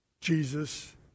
Jesus